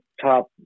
top